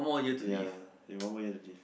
ya you have one more to gym